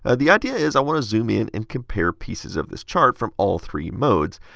ah the idea is i'll want to zoom in and compare pieces of this chart from all three modes.